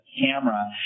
camera